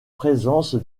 présence